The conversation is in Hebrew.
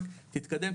רק תתקדם,